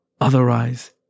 Otherwise